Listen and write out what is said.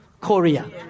Korea